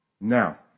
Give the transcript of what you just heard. Now